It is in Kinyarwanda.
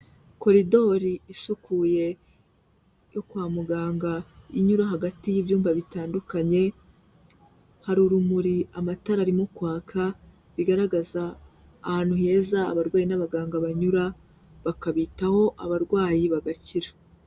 Koridori isukuye yo kwa muganga inyura hagati y'ibyumba bitandukanye, hari urumuri amatara arimo kwaka, bigaragaza ahantu heza abarwayi n'abaganga banyura, bakabitaho abarwayi bagakira.